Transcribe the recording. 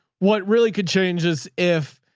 what really could change is if,